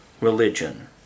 religion